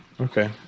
Okay